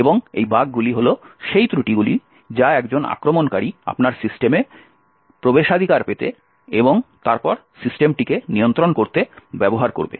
এবং এই বাগগুলি হল সেই ত্রুটিগুলি যা একজন আক্রমণকারী আপনার সিস্টেমে অ্যাক্সেস পেতে এবং তারপর সিস্টেমটিকে নিয়ন্ত্রণ করতে ব্যবহার করবে